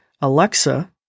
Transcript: Alexa